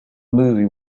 movie